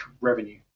revenue